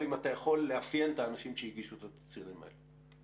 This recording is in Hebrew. אבל אם אתה יכול לאפיין את האנשים שהגישו את התצהירים האלה.